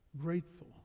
grateful